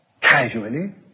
casually